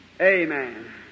Amen